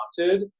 wanted